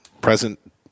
present